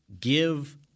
give